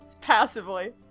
passively